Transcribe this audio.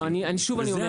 לא, שוב אני אומר.